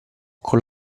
con